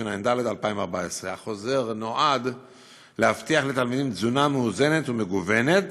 התשע"ד 2014. החוזר נועד להבטיח לתלמידים תזונה מאוזנת ומגוונת